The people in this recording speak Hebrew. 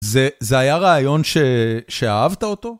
זה היה רעיון שאהבת אותו?